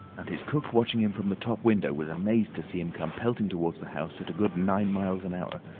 and his cook watching him from the top window was amazed to see him come pelting towards the house at a good nine miles an hour.